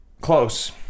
Close